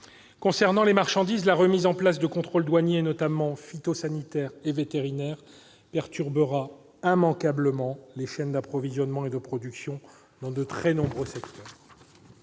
S'agissant des marchandises, la remise en place de contrôles douaniers, notamment phytosanitaires et vétérinaires, perturbera immanquablement les chaînes d'approvisionnement et de production dans de très nombreux secteurs.